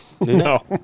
No